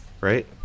right